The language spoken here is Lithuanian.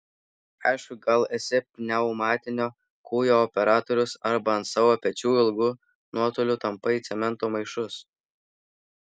aišku gal esi pneumatinio kūjo operatorius arba ant savo pečių ilgu nuotoliu tampai cemento maišus